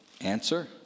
Answer